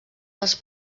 dels